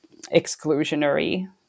exclusionary